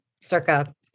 circa